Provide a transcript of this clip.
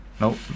nope